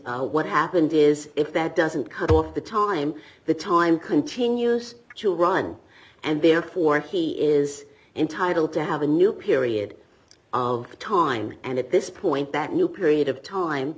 and what happened is if that doesn't cut off the time the time continues to run and therefore he is entitled to have a new period of time and at this point that new period of time